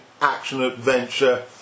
action-adventure